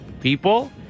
people